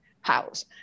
house